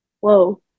Whoa